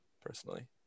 personally